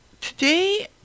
today